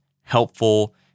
helpful